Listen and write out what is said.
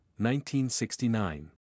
1969